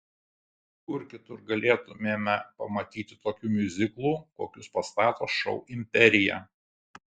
kur kitur galėtumėme pamatyti tokių miuziklų kokius pastato šou imperija